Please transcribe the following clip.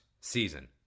season